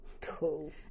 Cool